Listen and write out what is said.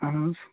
اَہَن حظ